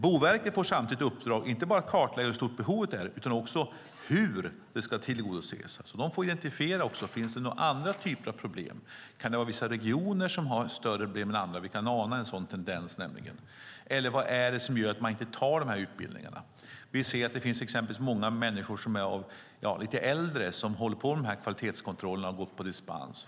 Boverket får i uppdrag inte bara att kartlägga hur stort behovet är utan också hur det ska tillgodoses. De får identifiera om det finns andra typer av problem, till exempel om vissa regioner har större problem än andra. Vi kan nämligen ana en sådan tendens. Vad är det annars som gör att man inte går dessa utbildningar? Det finns exempelvis många lite äldre människor som håller på med kvalitetskontroller och går på dispens.